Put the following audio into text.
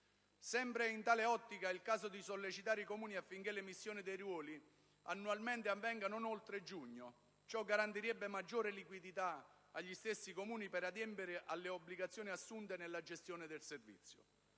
Sempre in tale ottica è il caso di sollecitare i Comuni affinché l'emissione dei ruoli, annualmente, avvenga non oltre giugno. Ciò garantirebbe maggiore liquidità agli stessi Comuni per adempiere alle obbligazioni assunte nella gestione del servizio.